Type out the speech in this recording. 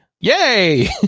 Yay